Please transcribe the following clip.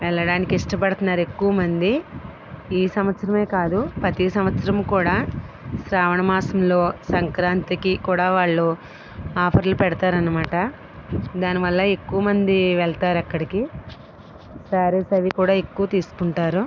వెళ్ళడానికి ఇష్టపడుతున్నారు ఎక్కువమంది ఈ సంవత్సరం కాదు ప్రతి సంవత్సరం కూడా శ్రావణమాసంలో సంక్రాంతికి కూడా వాళ్ళు ఆఫర్లు పెడతారు అన్నమాట దానివల్ల ఎక్కువమంది వెళతారు అక్కడికి శారీస్ అవి కూడా ఎక్కువ తీసుకుంటారు